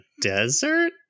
desert